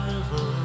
River